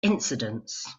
incidents